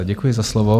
Děkuji za slovo.